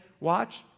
Watch